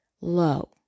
low